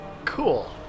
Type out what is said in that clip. Cool